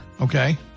Okay